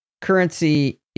currency